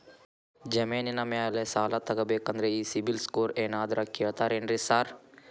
ಜಮೇನಿನ ಮ್ಯಾಲೆ ಸಾಲ ತಗಬೇಕಂದ್ರೆ ಈ ಸಿಬಿಲ್ ಸ್ಕೋರ್ ಏನಾದ್ರ ಕೇಳ್ತಾರ್ ಏನ್ರಿ ಸಾರ್?